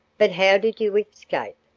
but how did you escape?